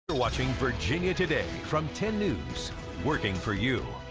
watching virginia today from ten news working for you.